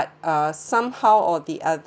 uh somehow or the